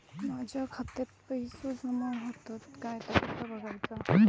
माझ्या खात्यात पैसो जमा होतत काय ता कसा बगायचा?